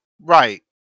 right